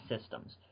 systems